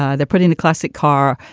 ah they're putting the classic car.